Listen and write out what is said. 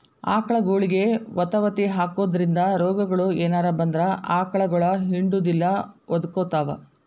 ಆಕಳಗೊಳಿಗೆ ವತವತಿ ಹಾಕೋದ್ರಿಂದ ರೋಗಗಳು ಏನರ ಬಂದ್ರ ಆಕಳಗೊಳ ಹಿಂಡುದಿಲ್ಲ ಒದಕೊತಾವ